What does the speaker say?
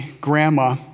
grandma